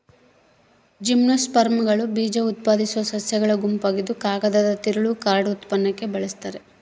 ಜಿಮ್ನೋಸ್ಪರ್ಮ್ಗಳು ಬೀಜಉತ್ಪಾದಿಸೋ ಸಸ್ಯಗಳ ಗುಂಪಾಗಿದ್ದುಕಾಗದದ ತಿರುಳು ಕಾರ್ಡ್ ಉತ್ಪನ್ನಕ್ಕೆ ಬಳಸ್ತಾರ